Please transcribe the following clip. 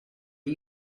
are